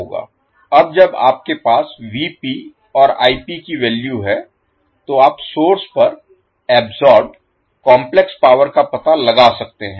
अब जब आपके पास Vp और Ip की वैल्यू है तो आप सोर्स पर अब्सोर्बेड काम्प्लेक्स पावर का पता लगा सकते हैं